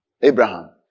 Abraham